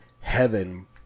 heaven